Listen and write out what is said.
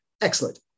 excellent